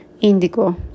indigo